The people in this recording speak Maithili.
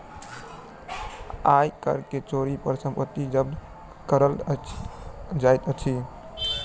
आय कर के चोरी पर संपत्ति जब्त कएल जाइत अछि